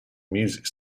music